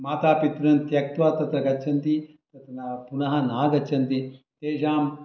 मातापितॄन् त्यक्त्वा तत्र गच्छन्ति तत् न पुनः नागच्छन्ति तेषां